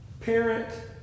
parent